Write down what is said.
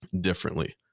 differently